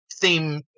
theme